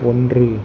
ஒன்று